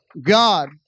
God